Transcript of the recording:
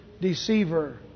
deceiver